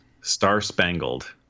Star-spangled